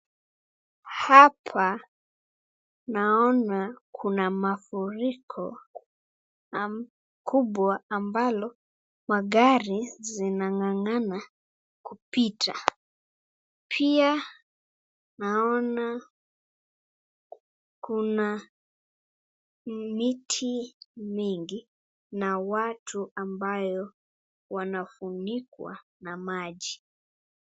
Hapa, naona kuna mafuriko makubwa ambalo magari yanang'ang'ana kupita. Pia naona kuna miti mingi na watu ambao wanafunikwa na maji.